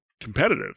competitive